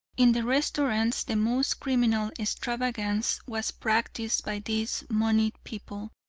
in the restaurants, the most criminal extravagance was practiced by these moneyed people,